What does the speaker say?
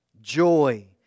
joy